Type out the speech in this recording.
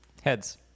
Heads